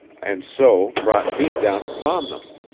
and so brought me down upon them.